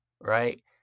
right